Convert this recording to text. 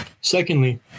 Secondly